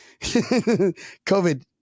COVID